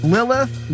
Lilith